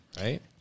right